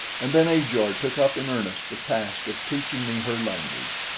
and then ajor took up in earnest the task of teaching me her language.